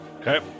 Okay